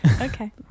Okay